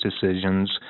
decisions